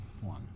one